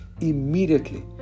Immediately